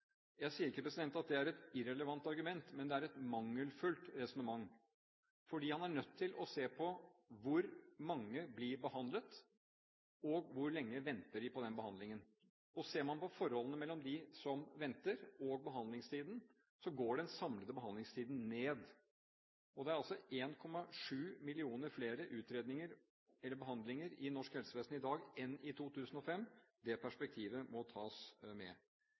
Jeg sier ikke at det er et irrelevant argument, men det er et mangelfullt resonnement, for en er nødt til å se på hvor mange som blir behandlet, og hvor lenge de venter på behandlingen. Ser man på forholdet mellom dem som venter, og behandlingstiden, går den samlede behandlingstiden ned. Det er 1,7 millioner flere behandlinger i norsk helsevesen i dag enn i 2005. Det perspektivet må tas med.